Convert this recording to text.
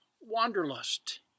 wanderlust